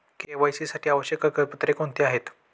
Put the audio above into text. KYC साठी आवश्यक कागदपत्रे कोणती आहेत?